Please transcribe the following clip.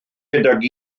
gydag